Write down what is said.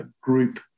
group